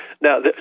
now